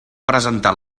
presentat